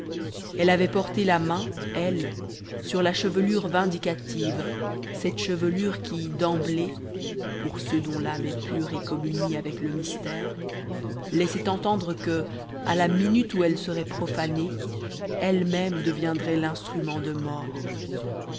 elle avait porté la main elle sur la chevelure vindicative cette chevelure qui demblée pour ceux dont l'âme est pure et communie avec le mystère laissait entendre que à la minute où elle serait profanée elle-même deviendrait l'instrument de mort